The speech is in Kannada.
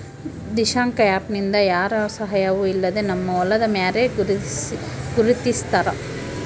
ದಿಶಾಂಕ ಆ್ಯಪ್ ನಿಂದ ಯಾರ ಸಹಾಯವೂ ಇಲ್ಲದೆ ನಮ್ಮ ಹೊಲದ ಮ್ಯಾರೆ ಗುರುತಿಸ್ತಾರ